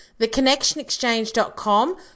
theconnectionexchange.com